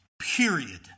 Period